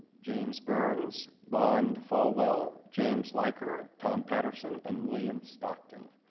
james burns, bond faulwell, james leiker, tom patterson and william stockton.